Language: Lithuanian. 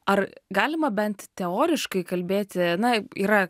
ar galima bent teoriškai kalbėti na yra